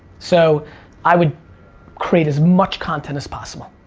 so i would create as much content as possible.